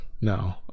No